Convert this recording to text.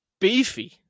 Beefy